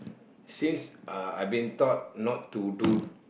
since uh I been taught not to do